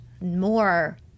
more